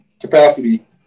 capacity